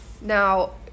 Now